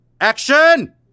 Action